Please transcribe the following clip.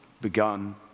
begun